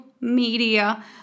media